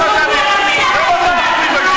בזה אנחנו מתביישים.